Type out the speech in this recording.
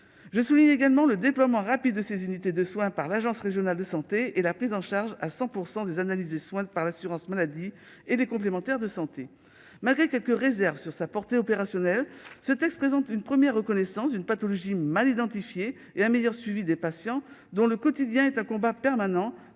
Je salue également le déploiement rapide de ces unités de soins par les agences régionales de santé, ainsi que la prise en charge à 100 % des analyses et soins par l'assurance maladie et les complémentaires de santé. Malgré les quelques réserves qu'inspire sa portée opérationnelle, ce texte assure la première reconnaissance d'une pathologie mal identifiée et un meilleur suivi des patients atteints de covid long, dont le quotidien est un combat permanent.